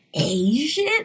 asian